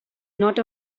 not